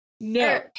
no